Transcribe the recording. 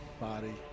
body